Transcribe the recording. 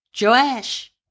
Joash